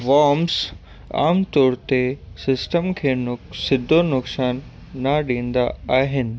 worms आमतौर ते system खे नुक सिधो नुक़सानु न ॾींदा आहिनि